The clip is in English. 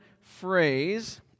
phrase